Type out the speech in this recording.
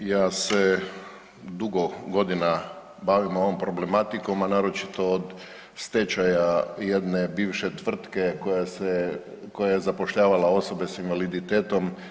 Ja se dugo godina bavim ovom problematikom, a naročito od stečaja jedne bivše tvrtke koja je zapošljavala osobe sa invaliditetom.